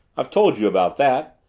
i've told you about that.